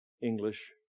English